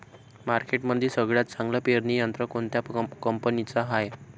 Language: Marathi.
मार्केटमंदी सगळ्यात चांगलं पेरणी यंत्र कोनत्या कंपनीचं हाये?